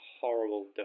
horrible